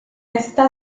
esta